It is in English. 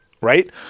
Right